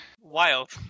Wild